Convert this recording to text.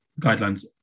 guidelines